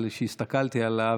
אבל כשהסתכלתי עליו,